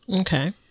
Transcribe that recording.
Okay